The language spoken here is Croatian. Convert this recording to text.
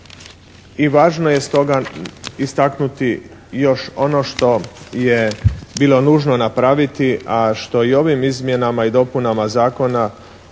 I važno je stoga istaknuti još ono što je bilo nužno napraviti, a što i ovim izmjenama i dopunama zakona